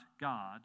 God